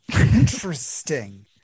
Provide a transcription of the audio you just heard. Interesting